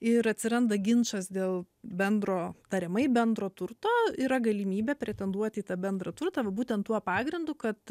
ir atsiranda ginčas dėl bendro tariamai bendro turto yra galimybė pretenduoti į tą bendrą turtą va būtent tuo pagrindu kad